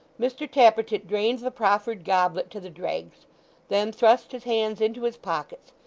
mr tappertit drained the proffered goblet to the dregs then thrust his hands into his pockets,